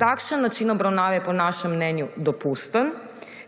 Takšen način obravnave je po našem mnenju dopusten,